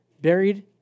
Buried